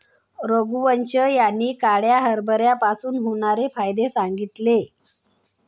रघुवंश यांनी काळ्या हरभऱ्यापासून होणारे फायदे सांगितले